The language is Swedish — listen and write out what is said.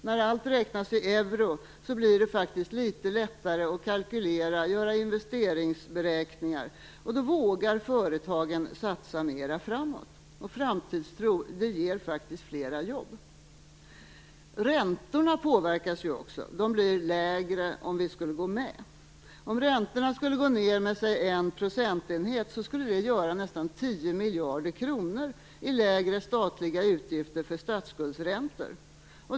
När allt räknas i euro blir det faktiskt litet lättare att kalkylera och att göra investeringsberäkningar. Då vågar företagen satsa framåt. Framtidstro ger faktiskt fler jobb. Räntorna påverkas också. De blir lägre om vi skulle gå med. Om räntorna skulle gå ned med låt oss säga en procentenhet skulle det göra nästan 10 miljarder kronor i lägre statliga utgifter för statsskuldsräntor.